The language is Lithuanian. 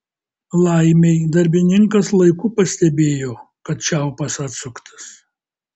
laimei darbininkas laiku pastebėjo kad čiaupas atsuktas